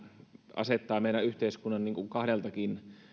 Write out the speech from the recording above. asettaa meidän yhteiskuntamme